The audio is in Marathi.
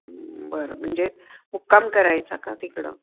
बरं म्हणजे मुक्काम करायचा का तिकडं